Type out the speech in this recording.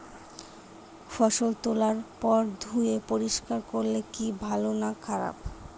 ফসল তোলার পর ধুয়ে পরিষ্কার করলে কি ভালো না খারাপ?